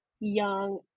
young